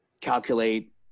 calculate